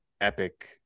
epic